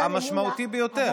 המשמעותי ביותר.